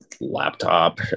laptop